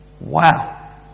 Wow